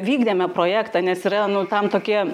vykdėme projektą nes yra nu tam tokie